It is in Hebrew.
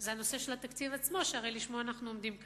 זה נושא התקציב עצמו, שהרי לשמו אנחנו עומדים כאן.